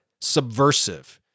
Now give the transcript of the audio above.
subversive